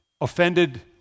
offended